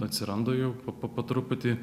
atsiranda jau po po truputį